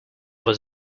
was